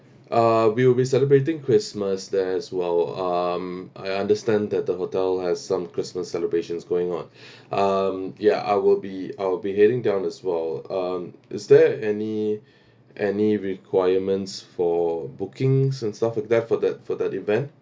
uh we'll be celebrating christmas there as well um I understand that the hotel has some christmas celebrations going on um ya I will be I'll be heading down as well um is there any any requirements for bookings and stuff like that for that for that event